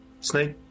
snake